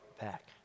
back